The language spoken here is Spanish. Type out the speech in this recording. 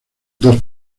dos